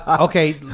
Okay